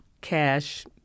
cash